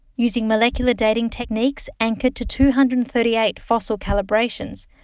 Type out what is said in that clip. using molecular dating techniques anchored to two hundred and thirty eight fossil calibrations,